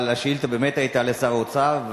אבל השאילתא באמת היתה לשר האוצר,